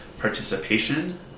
participation